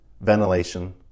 ventilation